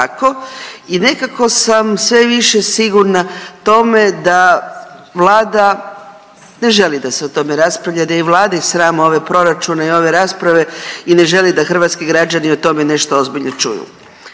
i nekako sam sve više sigurna tome da Vlada ne želi da se o tome raspravlja jer je i Vladin sram ovaj proračun i ove rasprave i ne želi da hrvatski građani o tome nešto ozbiljno čuju.